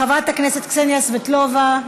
חברת הכנסת קסניה סבטלובה,